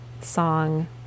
song